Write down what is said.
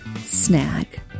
snag